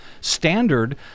standard